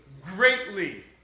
Greatly